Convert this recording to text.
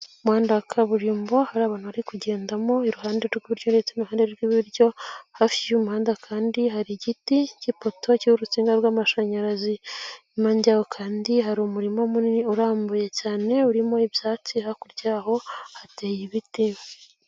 Mu muhanda wa kaburimbo hari abantu bari kugendamo iruhande rw'iburyo ndetse n'iruhande rw'ibiryo, hafi y'umuhanda kandi hari igiti cy'ipoto cy'urusinga rw'amashanyarazi, impande yawo kandi hari umurima munini urambuye cyane urimo ibyatsi hakurya yaho hateye ibiti.